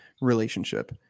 relationship